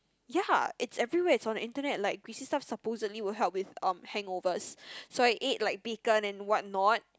ya it's everywhere it's on the internet like greasy stuff is supposedly will help with um hangovers so I ate like bacon and what not